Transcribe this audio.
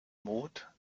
mode